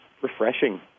refreshing